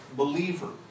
believer